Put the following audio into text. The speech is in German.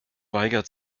weigert